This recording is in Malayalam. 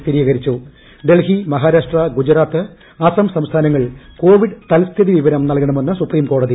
സ്ഥിരീകരിച്ചു ഡൽഹി മഹാരാഷ്ട്ര ഗുജറാത്ത് അസം സംസ്ഥാനങ്ങൾ കോവിഡ് തൽസ്ഥിതി വിവരം നൽകണമെന്ന് സുപ്രീം കോടതി